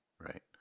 right